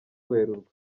werurwe